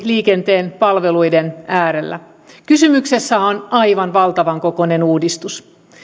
liikenteen palveluiden lain äärellä kysymyksessä on aivan valtavan kokoinen uudistus